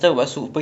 ah